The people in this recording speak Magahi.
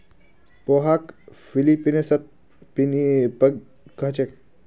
पोहाक फ़िलीपीन्सत पिनीपिग कह छेक